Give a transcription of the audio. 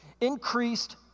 increased